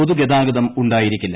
പൊതുഗതാഗതം ഉണ്ടായിരിക്കില്ല